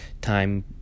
time